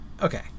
okay